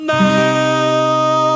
now